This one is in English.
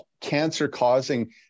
cancer-causing